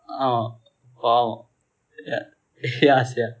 ah பாவம்:paavam ya ya sia